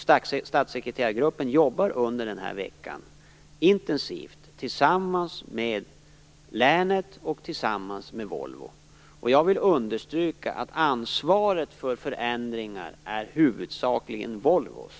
Statssekreterargruppen jobbar under den här veckan intensivt tillsammans med länet och med Volvo. Jag vill understryka att ansvaret för förändringar huvudsakligen är Volvos.